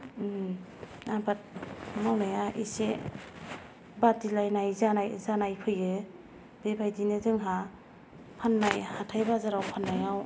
आबाद मावनाया एसे बादिलायनाय जानाय जानाय फैयो बेबायदिनो जोंहा फाननाय हाथाय बाजाराव फाननायाव